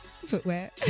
footwear